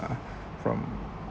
uh from